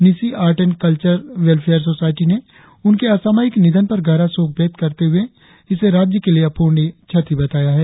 Nyishi art and culture welfare society ने उनके असामयिक निधन पर गहरा शोक व्यक्त करते हुए इसे राज्य के लिए अप्ररणीय क्षति बताया है